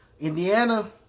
Indiana